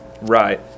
Right